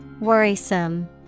Worrisome